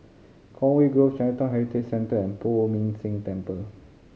Conway Grove Chinatown Heritage Centre and Poh Ming Tse Temple